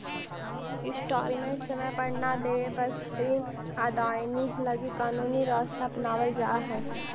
instalment समय पर न देवे पर ऋण अदायगी लगी कानूनी रास्ता अपनावल जा हई